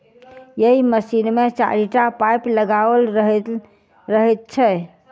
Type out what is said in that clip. एहि मशीन मे चारिटा पाइप लगाओल रहैत छै